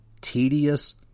tedious